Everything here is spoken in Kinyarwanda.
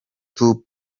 tout